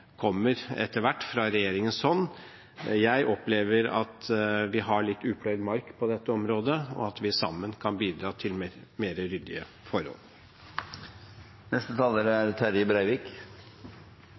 kommer etter hvert fra regjeringens hånd. Jeg opplever at vi har litt upløyd mark på dette området, og at vi sammen kan bidra til mer ryddige forhold.